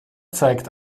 zeigt